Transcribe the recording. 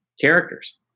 characters